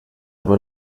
aber